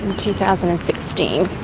two thousand and sixteen.